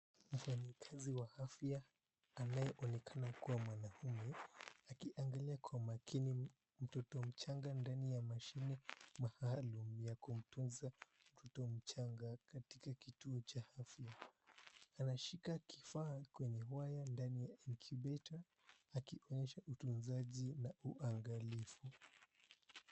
Mfanyikazi wa afya anayeonekana kuwa mwanaume akiangalia kwa makini mtoto mchanga ndani ya mashine maalum ya kumtunza mtoto mchanga katika kituo cha afya. Anashika kifaa kwenye waya ndani ya incubator akionyesha utunzaji na uangalifu.